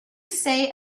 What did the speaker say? say